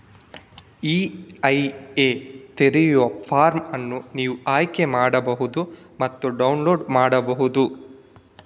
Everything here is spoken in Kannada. ಇ.ಐ.ಎ ತೆರೆಯುವ ಫಾರ್ಮ್ ಅನ್ನು ನೀವು ಆಯ್ಕೆ ಮಾಡಬಹುದು ಮತ್ತು ಡೌನ್ಲೋಡ್ ಮಾಡಬಹುದು